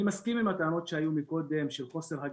אני מסכים עם הטענות שהיו קודם של חוסר הנגשה,